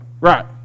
Right